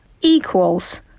equals